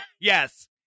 Yes